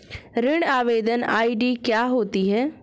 ऋण आवेदन आई.डी क्या होती है?